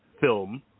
film